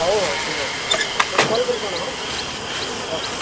ହଉ ହଉ ଠିକ୍ ଅଛି ମୋତେ କଲ୍ କରିକି ଜଣା ରଖେ